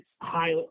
high